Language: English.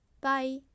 Bye